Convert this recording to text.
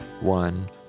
One